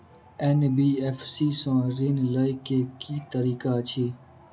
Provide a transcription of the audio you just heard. NBFC सँ ऋण लय केँ की तरीका अछि?